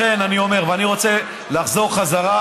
לכן אני אומר ואני רוצה לחזור בחזרה,